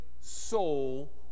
soul